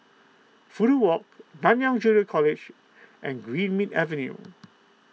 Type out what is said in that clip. Fudu Walk Nanyang Junior College and Greenmead Avenue